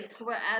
whereas